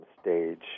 stage